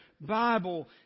Bible